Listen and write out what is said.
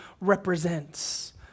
represents